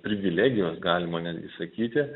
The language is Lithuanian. privilegijos galima sakyti